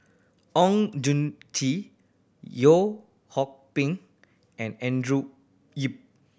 Oon Jin Gee Ping and Andrew Yip